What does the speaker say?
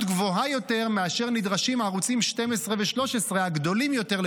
גבוהה יותר מזו שנדרשים לשלם הערוצים הגדולים יותר,